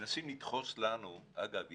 מנסים לדחוס לנו אגב,